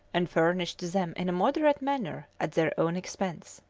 and furnished them in a moderate manner at their own expense